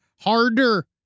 harder